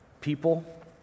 people